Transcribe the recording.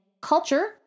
culture